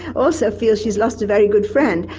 also feels she's lost a very good friend.